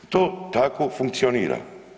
To tako funkcionira.